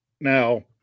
Now